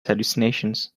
hallucinations